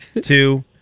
two